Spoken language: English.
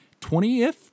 20th